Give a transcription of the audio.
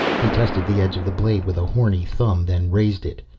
he tested the edge of the blade with a horny thumb, then raised it.